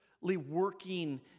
working